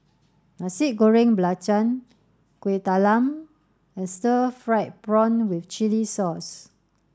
Nasi Goreng Belacan Kueh Talam and stir fried prawn with chili sauce